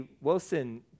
Wilson